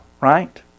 right